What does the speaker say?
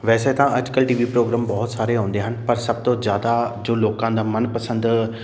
ਵੈਸੇ ਤਾਂ ਅੱਜ ਕੱਲ੍ਹ ਟੀਵੀ ਪ੍ਰੋਗਰਾਮ ਬਹੁਤ ਸਾਰੇ ਆਉਂਦੇ ਹਨ ਪਰ ਸਭ ਤੋਂ ਜ਼ਿਆਦਾ ਜੋ ਲੋਕਾਂ ਦਾ ਮਨਪਸੰਦ